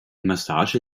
massage